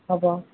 হ'ব